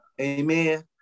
Amen